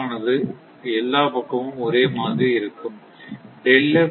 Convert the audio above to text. ஆனது எல்லா பக்கமும் ஒரே மாதிரி இருக்கும்